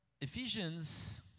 Ephesians